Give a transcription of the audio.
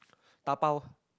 dabao